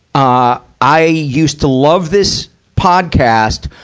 ah, i used to love this podcast,